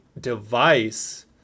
device